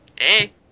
Hey